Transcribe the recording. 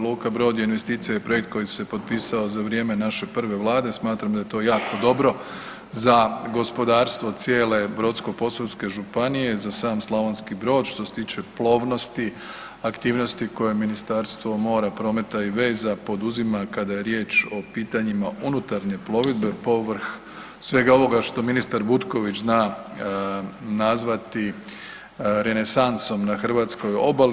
Luka Brod je investicija i projekt koji se potpisao za vrijeme naše prve Vlade, smatram da je to jako dobro za gospodarstvo cijele Brodsko-posavske županije, za sam Slavonski Brod, što se tiče plovnosti, aktivnosti koje Ministarstvo mora, prometa i veza poduzima kada je riječ o pitanjima unutarnje plovidbe povrh svega onoga što ministar Butković zna nazvati renesansom na hrvatskoj obali.